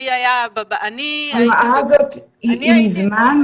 ההוראה הזו היא מזמן.